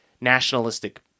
nationalistic